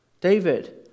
David